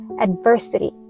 adversity